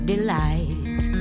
delight